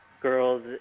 girls